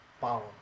power